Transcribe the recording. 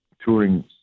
touring